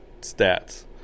stats